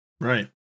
Right